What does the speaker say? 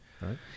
right